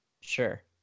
Sure